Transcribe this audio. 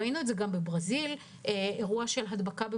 ראינו את זה גם בברזיל - אירוע של הדבקה במנאוס,